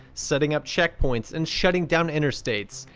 setting up checkpoints and shutting down interstates,